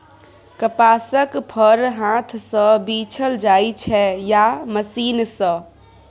कपासक फर हाथ सँ बीछल जाइ छै या मशीन सँ